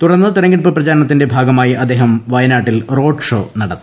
തുടർന്ന് തെരഞ്ഞെടുപ്പ് പ്രചാരണത്തിന്റെ ഭാഗമായി അദ്ദേഹം വയനാട്ടിൽ റോഡ് ഷോ നടത്തി